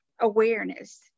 awareness